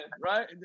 right